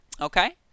Okay